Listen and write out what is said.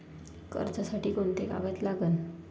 कर्जसाठी कोंते कागद लागन?